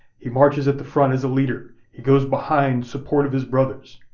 he marches at the front as a leader. he goes behind, support of his brothers.